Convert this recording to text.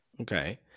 Okay